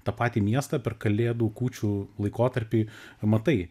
tą patį miestą per kalėdų kūčių laikotarpį pamatai